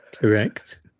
Correct